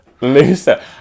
Looser